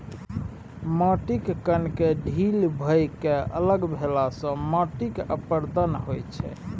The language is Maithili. माटिक कणकेँ ढील भए कए अलग भेलासँ माटिक अपरदन होइत छै